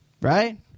Right